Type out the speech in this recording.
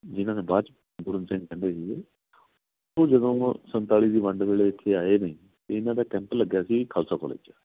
ਜਿਨ੍ਹਾਂ ਨੂੰ ਬਾਅਦ 'ਚ ਪੂਰਨ ਸਿੰਘ ਕਹਿੰਦੇ ਸੀਗੇ ਉਹ ਜਦੋਂ ਸੰਤਾਲੀ ਦੀ ਵੰਡ ਵੇਲੇ ਇੱਥੇ ਆਏ ਨੇ ਇਹਨਾਂ ਦਾ ਕੈਂਪ ਲੱਗਾ ਸੀ ਖਾਲਸਾ ਕੋਲਜ 'ਚ